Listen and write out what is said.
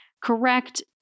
correct